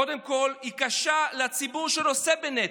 קודם כול, היא קשה לציבור שנושא בנטל.